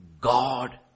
God